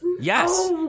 Yes